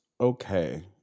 okay